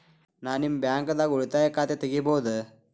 ನಾ ನಿಮ್ಮ ಬ್ಯಾಂಕ್ ದಾಗ ಉಳಿತಾಯ ಖಾತೆ ತೆಗಿಬಹುದ?